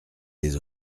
des